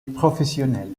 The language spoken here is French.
professionnelle